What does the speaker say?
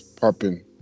popping